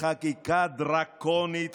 בחקיקה דרקונית,